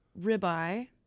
ribeye